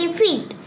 feet